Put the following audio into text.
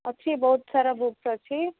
ଅଛି ବହୁତ ସାରା ବୁକସ୍ ଅଛି